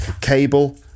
Cable